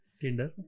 Tinder